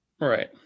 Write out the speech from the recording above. Right